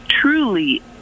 truly